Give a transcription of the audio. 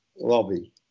lobby